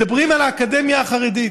מדברים על האקדמיה החרדית.